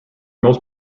most